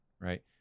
right